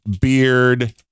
beard